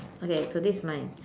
okay so this is mine